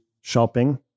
shopping